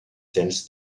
tends